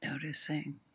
Noticing